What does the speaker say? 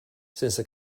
sense